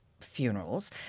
funerals